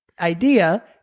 idea